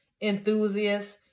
enthusiasts